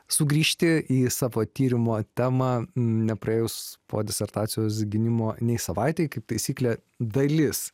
sugrįžti į savo tyrimo temą nepraėjus po disertacijos gynimo nei savaitei kaip taisyklė dalis